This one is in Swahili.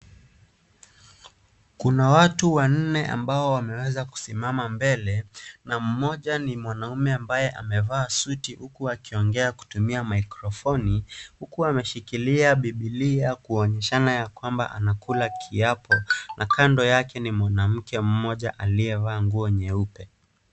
Kuna watu wanne ambao wameweza kusimama mbele, na mmoja ni mwanaume ambaye amevaa suti huku akiongea kutumia mikrofoni, huku ameshikilia bibilia kuonyeshana ya kwamba anakula kiapo, na kando yake ni mwanamke mmoja aliyevaa nguo nyeupe.